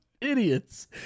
idiots